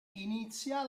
inizia